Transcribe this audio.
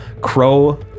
crow